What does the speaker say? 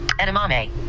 Edamame